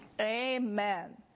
Amen